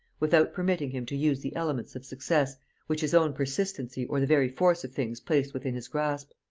without permitting him to use the elements of success which his own persistency or the very force of things placed within his grasp.